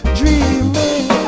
dreaming